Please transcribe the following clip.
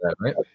right